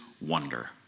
wonder